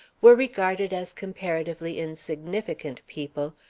were regarded as comparatively insignificant people,